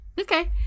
Okay